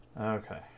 Okay